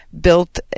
built